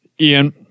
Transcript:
Ian